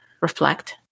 reflect